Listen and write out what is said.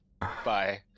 bye